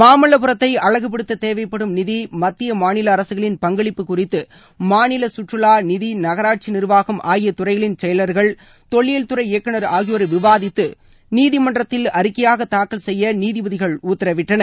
மாமல்லபுரத்தை அழகுபடுத்த தேவைப்படும் நிதி மத்திய மாநில அரசுகளின் பங்களிப்பு குறித்து மாநில சுற்றுலா நிதி நகராட்சி நிர்வாகம் ஆகிய துறைகளின் செயலர்கள் தொல்லியல் துறை இயக்குநர் ஆகியோர் விவாதித்து நீதிமன்றத்தில் அறிக்கைபாக தாக்கல் செய்ய நீதிபதிகள் உத்தரவிட்டனர்